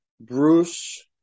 Bruce